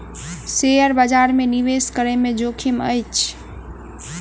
share बजार में निवेश करै में जोखिम अछि